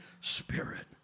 spirit